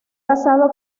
casado